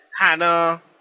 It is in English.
Hannah